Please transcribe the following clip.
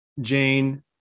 Jane